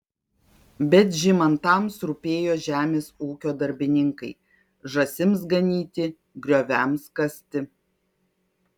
bet žymantams rūpėjo žemės ūkio darbininkai žąsims ganyti grioviams kasti